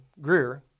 Greer